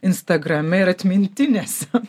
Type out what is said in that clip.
instagrame ir atmintinėse